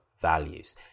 values